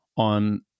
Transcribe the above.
On